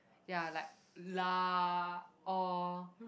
ya like lah orh